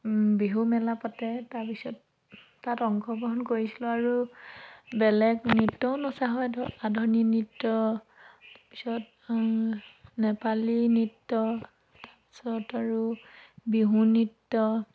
বিহুমেলা পাতে তাৰপিছত তাত অংশগ্ৰহণ কৰিছিলোঁ আৰু বেলেগ নৃত্যও নচা হয় ধৰক আধুনিক নৃত্য তাৰপিছত নেপালী নৃত্য তাৰপিছত আৰু বিহু নৃত্য